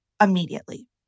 immediately